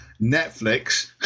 Netflix